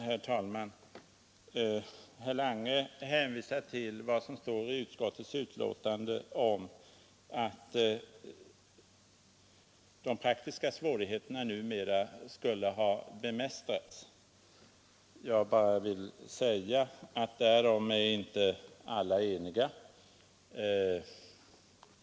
Herr talman! Herr Lange hänvisar till att det i utskottets betänkande uttalas att de praktiska svårigheterna numera skulle ha bemästrats. Jag vill bara säga att därom är inte alla eniga.